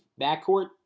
backcourt